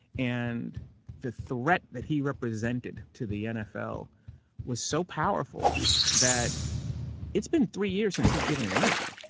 and the threat that he represented to the nfl was so powerful that it's been three years since he's given an interview.